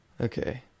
Okay